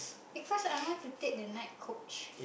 because I want to take the night coach